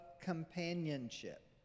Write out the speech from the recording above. companionship